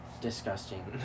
disgusting